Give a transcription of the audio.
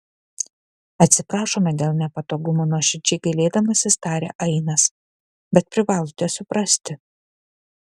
atsiprašome dėl nepatogumų nuoširdžiai gailėdamasis tarė ainas bet privalote suprasti